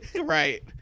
Right